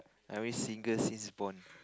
I always single since born